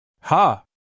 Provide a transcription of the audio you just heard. Ha